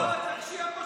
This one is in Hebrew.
הוא רוצה שתוציא אותו.